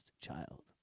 child